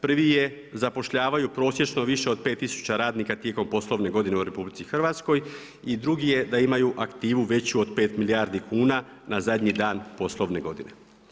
Prvi je zapošljavaju prosječno više od pet tisuća radnika tijekom poslovne godine u RH i drugi je da imaju aktivu veću od pet milijardi kuna na zadnji dan poslovne godine.